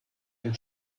den